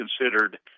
considered